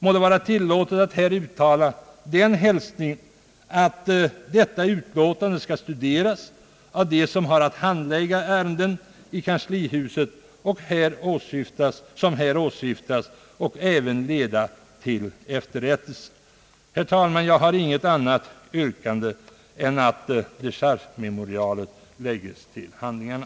Må det vara tilllåtet att här uttala den hälsningen, att detta utlåtande skall studeras av dem som har att handlägga de ärenden i kanslihuset som här åsyftas och att det även länder till efterrättelse. Herr talman! Jag har intet annat yrkande än att dechargememorialet lägges till handlingarna.